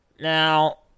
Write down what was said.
Now